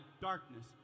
darkness